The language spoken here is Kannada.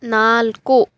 ನಾಲ್ಕು